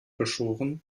geschoren